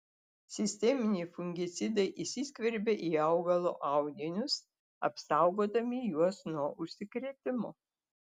sisteminiai fungicidai įsiskverbia į augalo audinius apsaugodami juos nuo užsikrėtimo